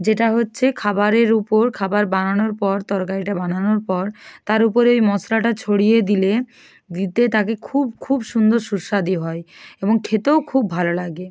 যেটা হচ্ছে খাবারের উপর খাবার বানানোর পর তরকারিটা বানানোর পর তার উপরে এই মশলাটা ছড়িয়ে দিলে দিতে তাকে খুব খুব সুন্দর সুস্বাদি হয় এবং খেতেও খুব ভালো লাগে